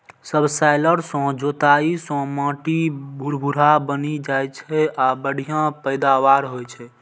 subsoiler सं जोताइ सं माटि भुरभुरा बनि जाइ छै आ बढ़िया पैदावार होइ छै